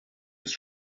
ist